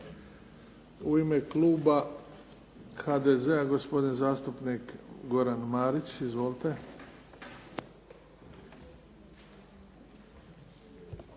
U ime kluba HDZ-a, gospodin zastupnik Goran Marić. Izvolite.